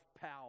power